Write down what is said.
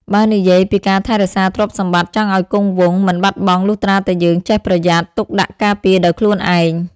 បើនិយាយពីការថែរក្សារទ្រព្យសម្បត្តិចង់អោយគង់វង្ស មិនបាត់បង់លុះត្រាតែយើង ចេះប្រយ័ត្ន ទុកដាក់ការពារដោយខ្លួនឯង។